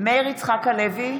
מאיר יצחק הלוי,